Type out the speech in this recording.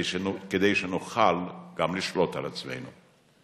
כדי שנוכל גם לשלוט על עצמנו.